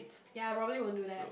ya I probably won't do that